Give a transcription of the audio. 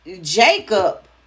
jacob